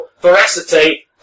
veracity